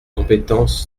compétence